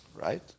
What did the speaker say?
Right